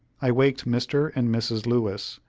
i waked mr. and mrs. lewis,